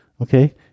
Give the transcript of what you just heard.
Okay